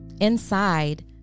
Inside